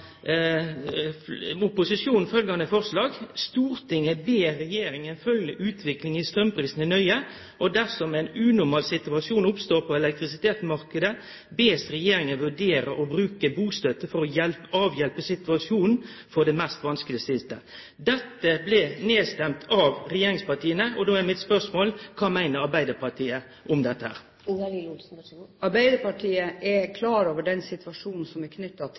opposisjonen følgjande forslag: «Stortinget ber regjeringen følge utviklingen i strømprisen nøye, og dersom en unormal situasjon igjen oppstår på elektrisitetsmarkedet, bes regjeringen vurdere å bruke bostøtte for å avhjelpe situasjonen for de mest vanskeligstilte.» Dette blei nedstemt av regjeringspartia, og då er mitt spørsmål: Kva meiner Arbeidarpartiet om dette? Arbeiderpartiet er klar over den situasjonen som er knyttet til